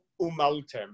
umaltem